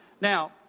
Now